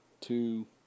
two